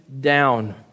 down